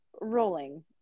rolling